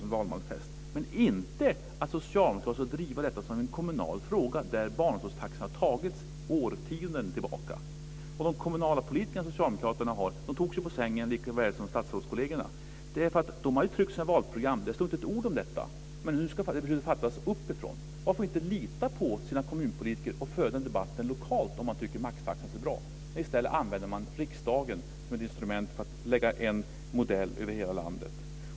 Men han säger inte att socialdemokraterna ska driva detta som en kommunal fråga där beslut om barnomsorgstaxor har fattats sedan årtionden tillbaka. De socialdemokratiska kommunpolitikerna togs ju på sängen på samma sätt som statsrådskollegerna, därför att de hade tryckt sina valprogram, och där stod det inte ett ord om detta. Men nu skulle beslutet fattas uppifrån. Varför litar man inte på sina kommunpolitiker och för den debatten lokalt om man tycker att maxtaxa är så bra? Men i stället använder man riksdagen som ett instrument för att ha en modell över hela landet.